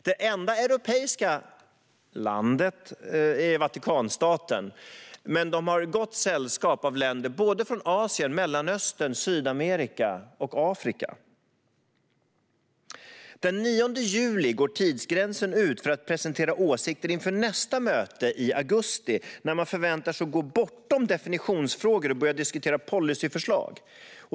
Det enda europeiska "landet" som har skrivit på förslaget är Vatikanstaten, men de har gott sällskap av länder i Asien, Mellanöstern, Sydamerika och Afrika. Den 9 juli går tidsgränsen ut för att presentera åsikter inför nästa möte i augusti, då man förväntar sig att gå bortom definitionsfrågor och börja diskutera policyförslag.